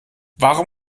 warum